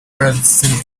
arabs